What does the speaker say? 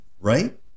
right